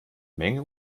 menge